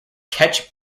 catch